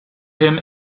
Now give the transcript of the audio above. him